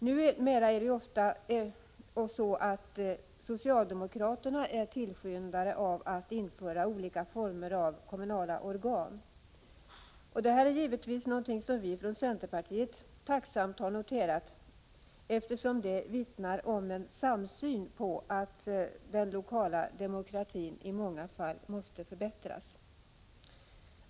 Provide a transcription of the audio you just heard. Numera är ju socialdemokraterna ofta tillskyndare av olika former av kommunala organ. Det är givetvis något som vi från centerpartiet tacksamt har noterat, eftersom det vittnar om en samsyn i fråga om att den lokala demokratin i många fall måste förbättras.